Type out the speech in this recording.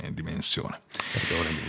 dimensione